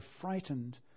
frightened